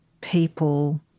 people